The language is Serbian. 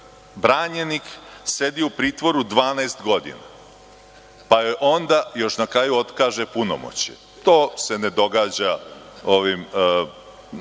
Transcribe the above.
branjenik sedi u pritvoru 12 godina, pa onda još na kraju otkaže punomoćje. To se ne događa ovim